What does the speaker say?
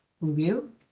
review